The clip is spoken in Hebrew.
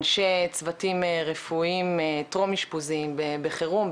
אנשי צוותים רפואיים טרום אשפוזיים בחירום,